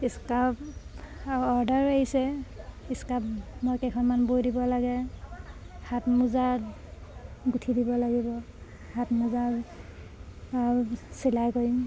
ইস্কাপ অৰ্ডাৰো আহিছে ইস্কাপ মই কেইখনমান বৈ দিব লাগে হাত মোজা গুঁঠি দিব লাগিব হাত মোজা চিলাই কৰিম